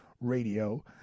radio